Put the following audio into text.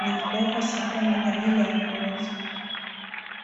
na kupelekwa sokoni kwa ajili ya kuuzwa.